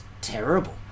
terrible